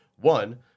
One